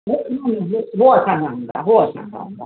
हो असांजा हूंदा हो असांजा हूंदा